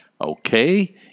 Okay